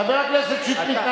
חבר הכנסת שטרית,